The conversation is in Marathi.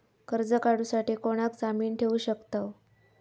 कर्ज काढूसाठी कोणाक जामीन ठेवू शकतव?